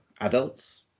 adults